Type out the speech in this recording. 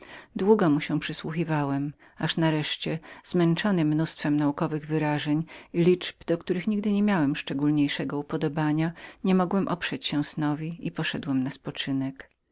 mu się przysłuchiwałem aż nareszcie zmęczony massą naukowych wyrażeń i liczb do których nigdy nie miałem szczególniejszego upodobania nie mogłem oprzeć się snowi i poszedłem